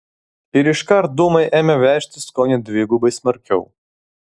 ir iškart dūmai ėmė veržtis kone dvigubai smarkiau